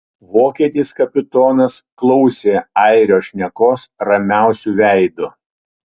vokietis kapitonas klausė airio šnekos ramiausiu veidu